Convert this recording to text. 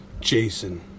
Jason